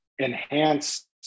enhance